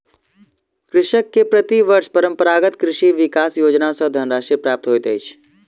कृषक के प्रति वर्ष परंपरागत कृषि विकास योजना सॅ धनराशि प्राप्त होइत अछि